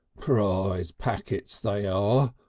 prize packets they are,